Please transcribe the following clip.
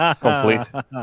complete